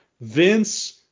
vince